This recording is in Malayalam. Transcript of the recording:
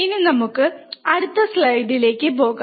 ഇനി നമുക്ക് അടുത്ത സ്ലൈഡിലേക്ക് പോകാം